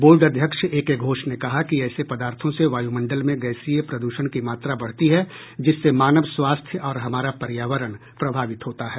board अध्यक्ष A K Ghosh ने कहा कि ऐसे पदार्थों से वायुमंडल में गैसीय प्रदूषण की मात्रा बढ़ती है जिससे मानव स्वास्थ्य और हमारा पर्यावरण प्रभावित होता है